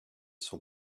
son